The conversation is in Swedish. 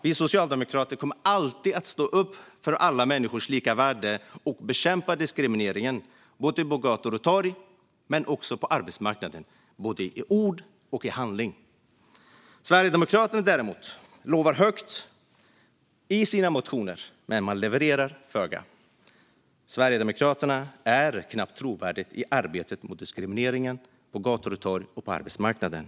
Vi socialdemokrater kommer alltid att stå upp för alla människors lika värde och bekämpa diskrimineringen på både gator, torg och på arbetsmarknaden och i både ord och i handling. Sverigedemokraterna däremot lovar högt i sina motioner men levererar föga. Sverigedemokraterna är knappt trovärdiga i arbetet mot diskrimineringen på gator och torg och på arbetsmarknaden.